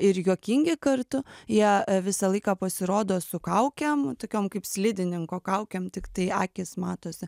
ir juokingi kartu jie visą laiką pasirodo su kaukėm tokiom kaip slidininko kaukėm tiktai akys matosi